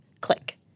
Click